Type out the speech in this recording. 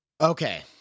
Okay